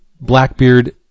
Blackbeard